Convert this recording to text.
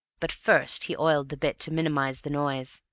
but first he oiled the bit to minimize the noise,